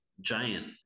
giant